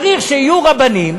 צריך שיהיו רבנים